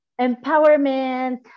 Empowerment